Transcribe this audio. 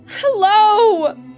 Hello